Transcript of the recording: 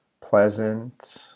pleasant